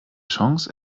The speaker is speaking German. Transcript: chance